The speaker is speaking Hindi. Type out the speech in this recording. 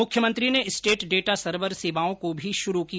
मुख्यमंत्री ने स्टेट डेटा सर्वर सेवाओं को भी प्रारम्म किया